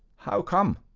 how come?